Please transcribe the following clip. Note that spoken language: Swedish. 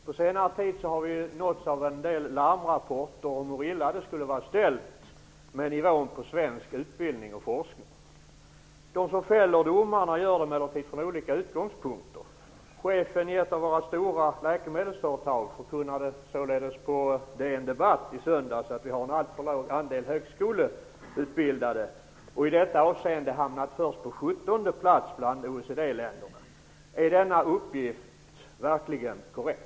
Fru talman! Jag skulle vilja ställa en fråga till utbildningsminister Carl Tham. På senare tid har vi nåtts av en del larmrapporter om hur illa det skulle vara ställt med nivån på svensk utbildning och forskning. De som fäller domarna gör det emellertid från olika utgångspunkter. Chefen i ett av våra stora läkemedelsföretag förkunnade således på DN Debatt i söndags att vi har en alltför låg andel högskoleutbildade och i detta avseende hamnar först på sjuttonde plats bland OECD-länderna. Är denna uppgift verkligen korrekt?